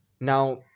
now